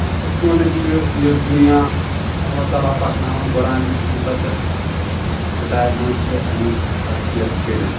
کِتھ کٲٹھۍ ہن چھُ یہِ دُنیا اللہ تعالیٰ پَکناوان قۄرانہِ مُقدس کِتاب منٛز چھُ اَمیُک تَزکِر کٔرِتھ